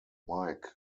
mike